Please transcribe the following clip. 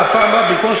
ובפעם הבאה,